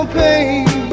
pain